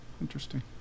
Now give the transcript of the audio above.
interesting